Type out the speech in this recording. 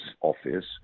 office